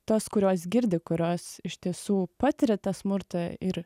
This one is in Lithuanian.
tos kurios girdi kurios iš tiesų patiria tą smurtą ir